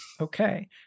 Okay